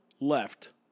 left